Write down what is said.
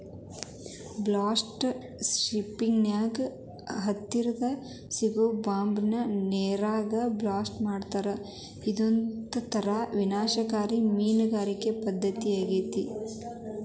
blast fishing ನ್ಯಾಗ ಹತ್ತರದಾಗ ಸಿಗೋ ಬಾಂಬ್ ನ ನೇರಾಗ ಬ್ಲಾಸ್ಟ್ ಮಾಡ್ತಾರಾ ಇದೊಂತರ ವಿನಾಶಕಾರಿ ಮೇನಗಾರಿಕೆ ಪದ್ದತಿಯಾಗೇತಿ